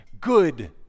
good